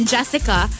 Jessica